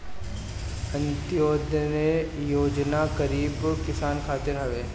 अन्त्योदय योजना गरीब किसान खातिर हवे